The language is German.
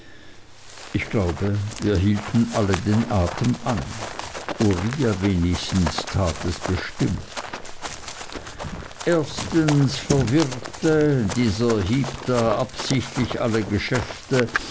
ich glaube wir hielten alle den atem an uriah wenigstens tat es bestimmt erstens verwirrte dieser heep da absichtlich alle geschäfte